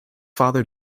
father